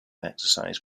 exercise